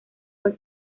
fue